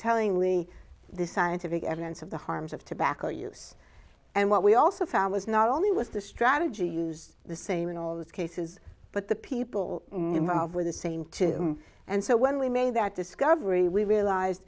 tellingly the scientific evidence of the harms of tobacco use and what we also found was not only was the strategy used the same in all those cases but the people involved were the same too and so when we made that discovery we realize